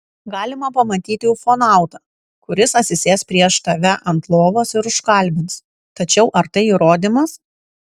galima pamatyti ufonautą kuris atsisės prieš tave ant lovos ir užkalbins tačiau ar tai įrodymas